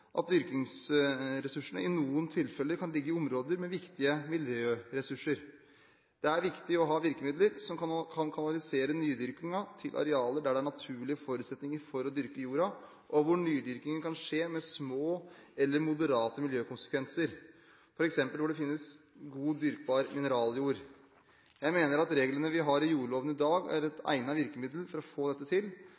at dyrkingsressursene i noen tilfeller kan ligge i områder med viktige miljøressurser. Det er viktig å ha virkemidler som kan kanalisere nydyrkingen til arealer der det er naturlige forutsetninger for å dyrke jorden, og hvor nydyrkingen kan skje med små eller moderate miljøkonsekvenser, f.eks. der hvor det finnes god, dyrkbar mineraljord. Jeg mener at reglene vi har i jordloven i dag, er et